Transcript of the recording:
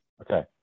Okay